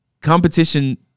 competition